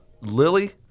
Lily